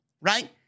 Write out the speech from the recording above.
right